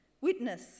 Witness